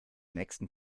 nächsten